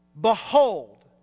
Behold